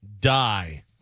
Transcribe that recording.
Die